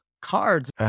cards